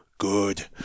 good